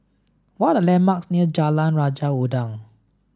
what are the landmarks near Jalan Raja Udang